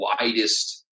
widest